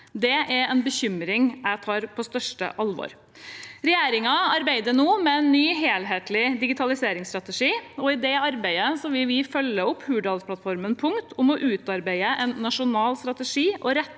Det er en bekymring jeg tar på det største alvor. Regjeringen arbeider nå med en ny, helhetlig digitaliseringsstrategi. I det arbeidet vil vi følge opp Hurdalsplattformens punkt om å utarbeide en nasjonal strategi og